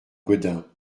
gaudin